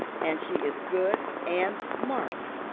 and she is good and smart,